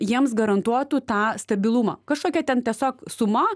jiems garantuotų tą stabilumą kažkokia ten tiesiog suma